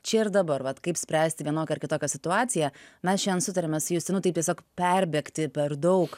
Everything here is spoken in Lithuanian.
čia ir dabar vat kaip spręsti vienokią ar kitokią situaciją mes šiandien sutarėme su justinu taip tiesiog perbėgti per daug